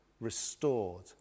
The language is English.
restored